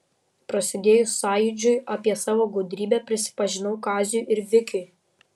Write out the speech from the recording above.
prasidėjus sąjūdžiui apie savo gudrybę prisipažinau kaziui ir vikiui